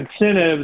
incentives